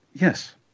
Yes